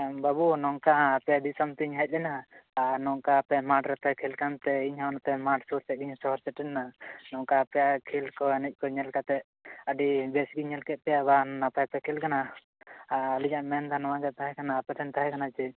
ᱵᱟ ᱵᱩ ᱱᱚᱝᱠᱟ ᱟᱯᱮᱭᱟᱜ ᱫᱤᱥᱚᱢ ᱛᱮᱧ ᱦᱮᱡ ᱮᱱᱟ ᱟᱨ ᱱᱚᱝᱠᱟ ᱟᱯᱮ ᱢᱟᱴᱷ ᱨᱮᱯᱮ ᱠᱷᱮᱞ ᱠᱟᱱᱛᱮ ᱤᱧᱦᱚᱸ ᱱᱚᱛᱮ ᱢᱟᱴᱷ ᱥᱩᱨ ᱥᱮᱫ ᱜᱮᱧ ᱥᱚᱦᱚᱨ ᱥᱮᱴᱮᱨᱮᱱᱟ ᱱᱚᱝᱠᱟ ᱟᱯᱮᱭᱟᱜ ᱠᱷᱮᱞ ᱠᱚ ᱮᱱᱮᱡ ᱠᱚ ᱧᱮᱞ ᱠᱟᱛᱮᱫ ᱟᱹᱰᱤ ᱵᱮᱥ ᱜᱮᱧ ᱧᱮᱞ ᱠᱮᱫ ᱯᱮᱭᱟ ᱵᱟᱝ ᱟ ᱱᱟᱯᱟᱭ ᱯᱮ ᱠᱷᱮᱞ ᱠᱟᱱᱟ ᱟᱸ ᱟᱹᱞᱤᱧᱟᱜ ᱢᱮᱱ ᱜᱟᱱᱚᱭᱟᱜ ᱨᱮ ᱛᱟᱦᱮᱸᱠᱟᱱᱟ ᱟᱯᱮᱴᱷᱮᱱ ᱛᱟᱦᱮᱸᱠᱟᱱᱟ ᱡᱮ